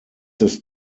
ist